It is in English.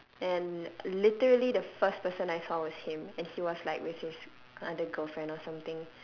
and literally the first person I saw was him and he was like with his other girlfriend or something